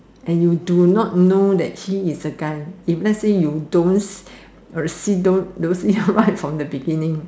and you do not know that he is a guy if lets say you don't see don't see it right from the beginning